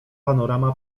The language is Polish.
panorama